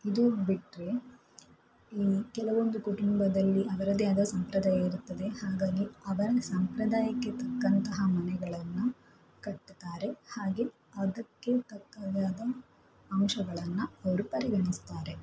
ಇದು ಬಿಟ್ಟರೆ ಈ ಕೆಲವೊಂದು ಕುಟುಂಬದಲ್ಲಿ ಅವರದ್ದೇ ಆದ ಸಂಪ್ರದಾಯ ಇರುತ್ತದೆ ಹಾಗಾಗಿ ಅವರ ಸಂಪ್ರದಾಯಕ್ಕೆ ತಕ್ಕಂತಹ ಮನೆಗಳನ್ನು ಕಟ್ಟತಾರೆ ಹಾಗೆ ಅದಕ್ಕೆ ತಕ್ಕದಾದ ಅಂಶಗಳನ್ನು ಅವರು ಪರಿಗಣಿಸ್ತಾರೆ